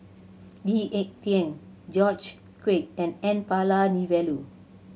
Lee Ek Tieng George Quek and N Palanivelu